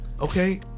okay